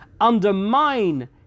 undermine